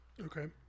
Okay